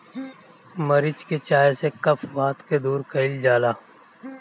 मरीच के चाय से कफ वात के दूर कइल जाला